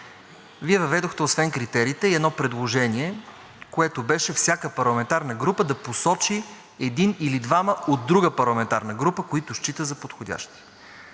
Вие въведохте освен критериите и едно предложение, което беше: всяка парламентарна група да посочи един или двама от друга парламентарна група, които счита за подходящи.